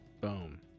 boom